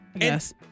yes